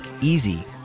easy